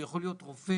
שיכול להיות רופא,